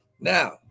Now